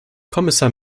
kommissar